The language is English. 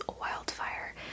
Wildfire